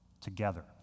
together